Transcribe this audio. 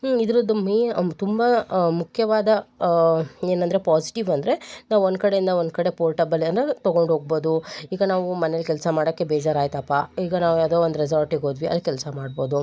ಇದ್ರದ್ದು ಮೇಯ್ನ್ ತುಂಬ ಮುಖ್ಯವಾದ ಏನಂದರೆ ಪೋಸ್ಟಿವ್ ಅಂದರೆ ನಾವು ಒಂದು ಕಡೆಯಿಂದ ಒಂದು ಕಡೆ ಪೋರ್ಟಬಲ್ ಅಂದರೆ ತೊಗೊಂಡು ಹೋಗ್ಬೋದು ಈಗ ನಾವು ಮನೆಲ್ಲಿ ಕೆಲಸ ಮಾಡೋಕ್ಕೆ ಬೇಜಾರು ಆಯಿತಪ್ಪ ಈಗ ನಾವು ಯಾವುದೋ ಒಂದು ರೆಸಾರ್ಟಿಗೆ ಹೋದ್ವಿ ಅಲ್ಲಿ ಕೆಲಸ ಮಾಡ್ಬೋದು